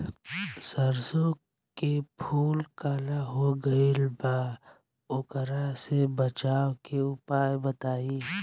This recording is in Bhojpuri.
सरसों के फूल काला हो गएल बा वोकरा से बचाव के उपाय बताई?